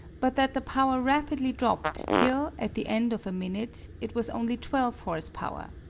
but that the power rapidly dropped till, at the end of a minute, it was only twelve horse-power.